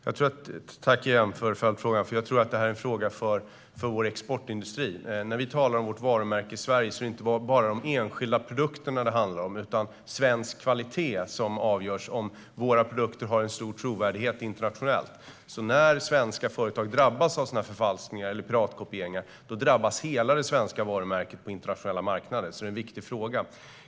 Herr talman! Tack för följdfrågan! Jag tror att detta är en fråga för vår exportindustri. När vi talar om vårt varumärke Sverige handlar det inte bara om de enskilda produkterna, utan det är också svensk kvalitet som avgörs, om våra produkter har stor trovärdighet internationellt. När svenska företag drabbas av förfalskningar eller privatkopieringar drabbas hela det svenska varumärket på internationella marknader, så det är en viktig fråga.